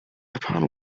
upon